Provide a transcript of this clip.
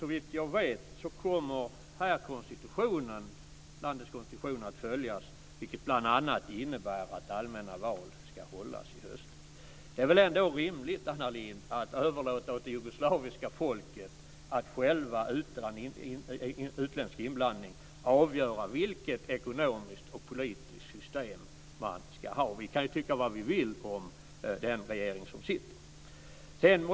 Såvitt jag vet kommer landets konstitution att följas, vilket bl.a. innebär att allmänna val ska hållas i höst. Det är väl ändå rimligt, Anna Lindh, att överlåta åt det jugoslaviska folket att själva, utan utländsk inblandning, avgöra vilket ekonomiskt och politiskt system man ska ha. Vi kan ju tycka vad vi vill om den regering som sitter.